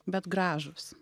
bet gražūs